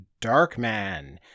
Darkman